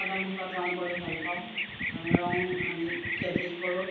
চাদৰ মেখেলাত ৰং কৰি ভাল পাওঁ কালাৰ ৰং আনি ফেব্ৰিক কৰোঁ